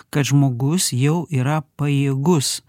kad žmogus jau yra pajėgus